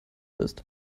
ist